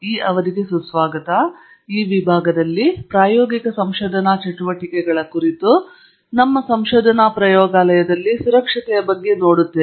ಈ ವಿಭಾಗದಲ್ಲಿ ಪ್ರಾಯೋಗಿಕ ಸಂಶೋಧನಾ ಚಟುವಟಿಕೆಗಳ ಕುರಿತು ಚರ್ಚೆಯ ಭಾಗವಾಗಿ ನಮ್ಮ ಸಂಶೋಧನಾ ಪ್ರಯೋಗಾಲಯದಲ್ಲಿ ನಾವು ಸುರಕ್ಷತೆಯನ್ನು ನೋಡುತ್ತೇವೆ